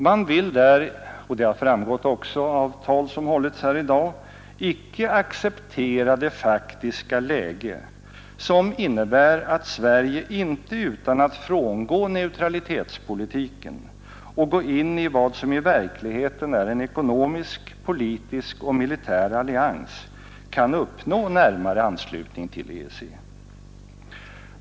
Man vill där — och detta har framgått också av tal som hållits här i dag — icke acceptera det faktiska läge som innebär att Sverige inte utan att frångå neutralitetspolitiken och gå in i vad som i verkligheten är en ekonomisk, politisk och militär allians kan uppnå närmare anslutning till EEC.